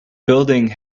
building